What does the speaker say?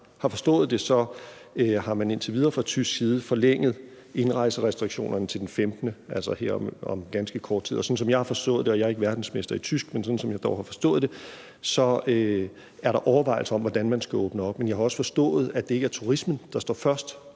har forstået det, har man indtil videre fra tysk side forlænget indrejserestriktionerne til den 15. maj, altså indtil her om ganske kort tid. Jeg er ikke verdensmester i tysk, men sådan som jeg dog har forstået det, er der overvejelser om, hvordan man skal åbne op. Men jeg har også forstået, at det ikke er turismen, der står først